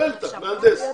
הוא מהנדס,